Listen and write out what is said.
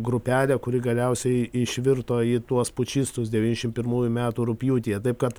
grupelę kuri galiausiai išvirto į tuos pučistus devyniasdešimt pirmųjų metų rugpjūtyje taip kad